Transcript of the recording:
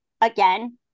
again